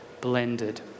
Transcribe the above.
blended